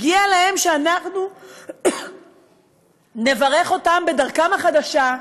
הגיע להם שאנחנו נברך אותם בדרכם החדשה,